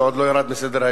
שעוד לא ירד לסדר-היום,